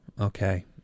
okay